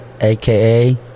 AKA